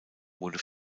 wurde